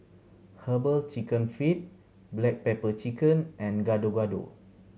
Herbal Chicken Feet black pepper chicken and Gado Gado